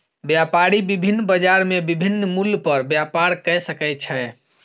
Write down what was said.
व्यापारी विभिन्न बजार में विभिन्न मूल्य पर व्यापार कय सकै छै